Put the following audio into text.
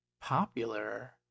popular